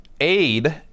Aid